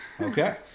Okay